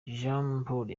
jamporo